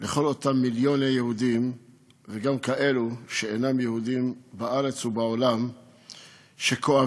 לכל אותם מיליוני יהודים וגם כאלה שאינם יהודים בארץ ובעולם שכואבים